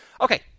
Okay